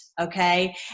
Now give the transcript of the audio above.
Okay